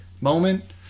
moment